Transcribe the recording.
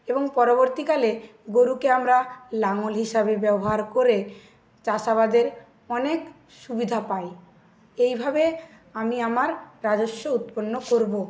এবং পরবর্তীকালে গরুকে আমরা লাঙল হিসাবে ব্যবহার করে চাষ আবাদের অনেক সুবিধা পাই এইভাবে আমি আমার রাজস্ব উৎপন্ন করব